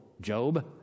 Job